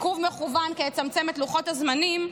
עיכוב מכוון כדי לצמצם את לוחות הזמנים,